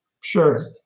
Sure